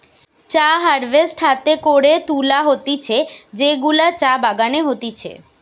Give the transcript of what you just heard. চা হারভেস্ট হাতে করে তুলা হতিছে যেগুলা চা বাগানে হতিছে